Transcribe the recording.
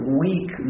weak